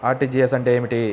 RTGS అంటే ఏమిటి?